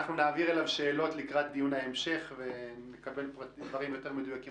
אנחנו נעביר אליו שאלות לקראת דיון ההמשך ונקבל דברים יותר מדויקים.